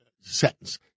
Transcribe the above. sentence